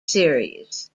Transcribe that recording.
series